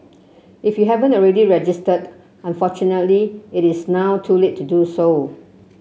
if you haven't already registered unfortunately it is now too late to do so